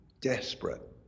desperate